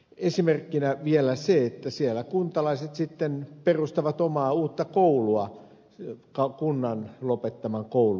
esimerkkinä vielä se että siellä kuntalaiset sitten perustavat omaa uutta koulua kunnan lopettaman koulun tilalle